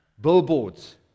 billboards